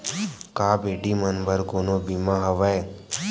का बेटी मन बर कोनो बीमा हवय?